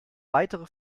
weitere